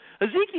Ezekiel